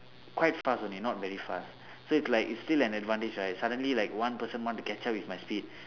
quite fast only not very fast so it's like it's still an advantage right suddenly like one person want to catch up with my speed